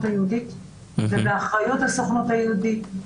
היהודית ובאחריות הסוכנות היהודית.